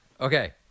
Okay